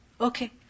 Okay